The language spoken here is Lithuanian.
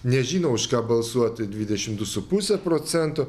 nežino už ką balsuoti dvidešimt du su puse procento